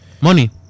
money